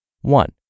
One